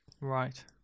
Right